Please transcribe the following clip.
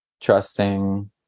trusting